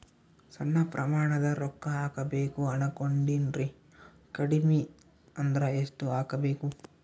ಸಣ್ಣ ಪ್ರಮಾಣದ ರೊಕ್ಕ ಹಾಕಬೇಕು ಅನಕೊಂಡಿನ್ರಿ ಕಡಿಮಿ ಅಂದ್ರ ಎಷ್ಟ ಹಾಕಬೇಕು?